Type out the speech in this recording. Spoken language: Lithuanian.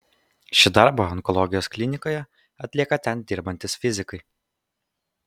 šį darbą onkologijos klinikoje atlieka ten dirbantys fizikai